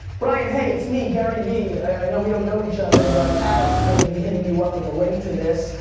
ryan, hey. it's me, gary vee. i know we don't know each other, but alex is gonna be hitting you up with a link to this.